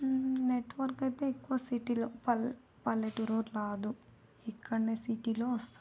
network అయితే ఎక్కువ సిటీలో పల్లె పల్లెటూరులో రాదు ఇక్కడనే సిటీలో వస్తుంది